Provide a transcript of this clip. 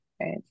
right